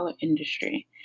industry